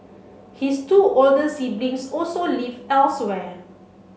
his two older siblings also live elsewhere